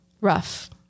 Rough